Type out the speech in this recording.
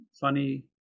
funny